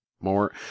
more